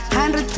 100%